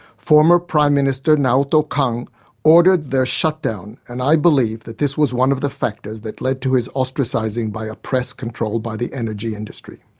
former prime minister naoto kan ordered their shutdown and i believe that this was one of the factors that led to his ostracising by a press controlled by the energy industry.